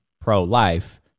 pro-life